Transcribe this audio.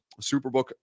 Superbook